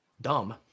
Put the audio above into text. dumb